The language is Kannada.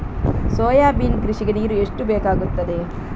ಸೋಯಾಬೀನ್ ಕೃಷಿಗೆ ನೀರು ಎಷ್ಟು ಬೇಕಾಗುತ್ತದೆ?